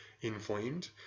inflamed